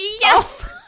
yes